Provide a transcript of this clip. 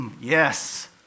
Yes